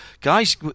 guys